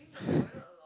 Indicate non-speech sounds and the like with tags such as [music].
[breath]